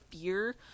fear